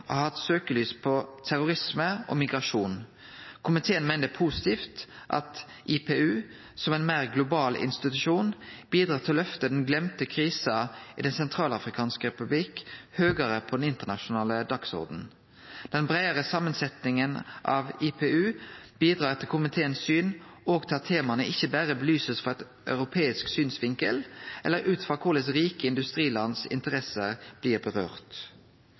har hatt søkjelys på terrorisme og migrasjon. Komiteen meiner det er positivt at IPU, som ein meir global institusjon, bidrar til å løfte «den gløymde krisa» i Den sentralafrikanske republikk høgare på den internasjonale dagsordenen. Den breiare samansetjinga av IPU bidrar etter komiteens syn òg til at temaa ikkje berre blir belyste frå ein europeisk synvinkel eller ut frå korleis dei får følgjer for interessene til rike